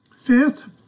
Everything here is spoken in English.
Fifth